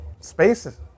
spaces